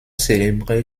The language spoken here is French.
célébrées